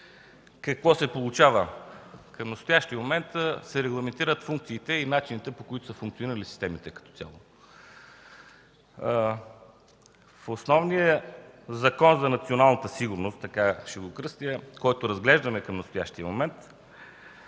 Какво се получава към настоящия момент? Регламентират се функциите и начините, по които са функционирали системите като цяло. В основния Закон за националната сигурност – така ще го кръстя, който разглеждаме към настоящия момент,